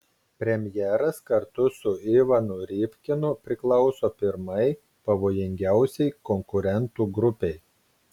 premjeras kartu su ivanu rybkinu priklauso pirmai pavojingiausiai konkurentų grupei